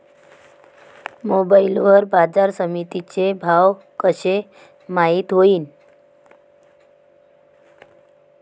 Mobile वर बाजारसमिती चे भाव कशे माईत होईन?